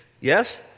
yes